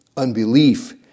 Unbelief